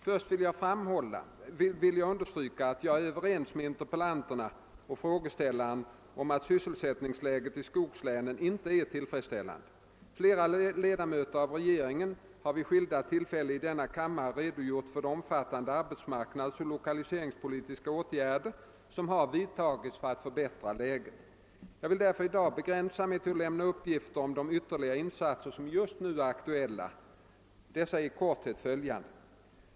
Först vill jag understryka att jag är överens med interpellanterna och frågeställaren om att sysselsättningsläget i skogslänen inte är tillfredsställande. Flera ledamöter av regeringen har vid skilda tillfällen i denna kammare redogjort för de omfattande arbetsmarknadsoch lokaliseringspolitiska åtgärder som har vidtagits för att förbättra läget. Jag vill därför i dag begränsa mig till att lämna uppgifter om de ytterligare insatser som just nu är aktuella. Dessa är i korthet följande.